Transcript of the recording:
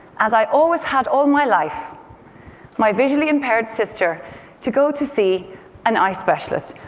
as i always had all my life my visually impaired sister to go to see an eye specialist.